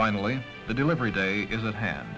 finally the delivery day is at hand